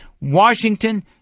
Washington